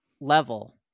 level